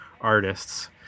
artists